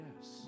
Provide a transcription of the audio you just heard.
yes